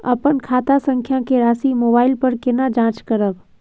अपन खाता संख्या के राशि मोबाइल पर केना जाँच करब?